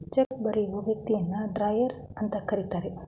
check ಬರಿಯೋ ವ್ಯಕ್ತಿನ drawer ಅಂತ ಕರಿತರೆ